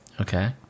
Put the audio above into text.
Okay